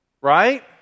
Right